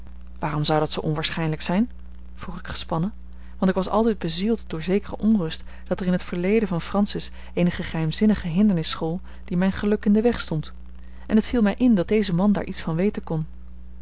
waarom zou dat zoo onwaarschijnlijk zijn vroeg ik gespannen want ik was altijd bezield door zekere onrust dat er in het verleden van francis eenige geheimzinnige hindernis school die mijn geluk in den weg stond en het viel mij in dat deze man daar iets van weten kon